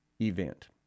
event